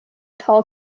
tell